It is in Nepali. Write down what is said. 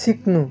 सिक्नु